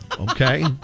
okay